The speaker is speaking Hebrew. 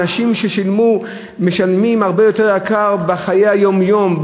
אנשים משלמים הרבה יותר בחיי היום-יום,